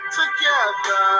together